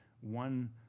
one